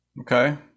Okay